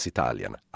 Italian